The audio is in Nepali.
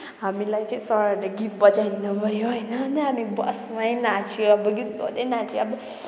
हामीलाई चाहिँ सरहरूले गीत बजाइदिनु भयो होइन अनि हामी बसमै नाच्यो अब गीत गाउँदै नाच्यो अब